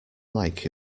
like